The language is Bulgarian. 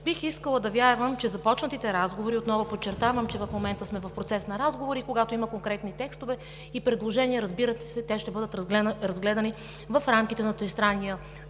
Бих искала да вярвам, че започнатите разговори, отново подчертавам, че в момента сме в процес на разговори, когато има конкретни текстове и предложения, разбира се, те ще бъдат разгледани в рамките на тристранния